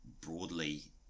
broadly